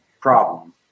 problem